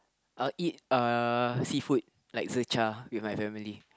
I'll eat uh seafood like Zi-Char with my family